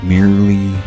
Merely